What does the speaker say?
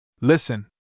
Listen